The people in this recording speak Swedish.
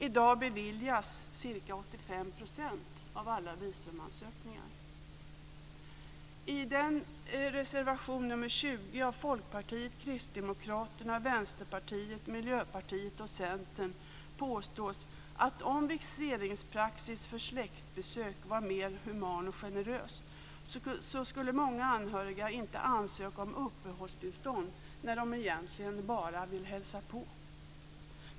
För närvarande beviljas ca 85 % I reservation nr 20 av Folkpartiet, Kristdemokraterna, Vänsterpartiet, Miljöpartiet och Centern påstås att om viseringspraxis för släktbesök var mer human och generös, skulle många anhöriga inte ansöka om uppehållstillstånd när de egentligen bara vill hälsa på.